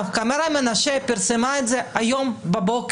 כרמלה מנשה פרסמה את זה הבוקר,